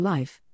Life